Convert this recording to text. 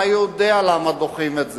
אתה יודע למה דוחים את זה.